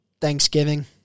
Thanksgiving